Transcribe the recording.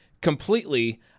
completely